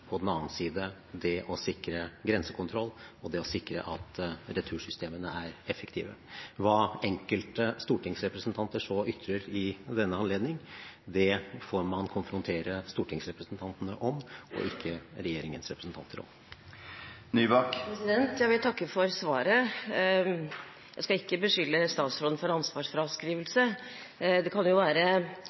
på den annen side det å sikre grensekontroll og å sikre at retursystemene er effektive. Hva enkelte stortingsrepresentanter så ytrer i denne anledning, får man konfrontere stortingsrepresentantene med, ikke regjeringens representanter. Jeg vil takke for svaret. Jeg skal ikke beskylde statsråden for ansvarsfraskrivelse, men det kan være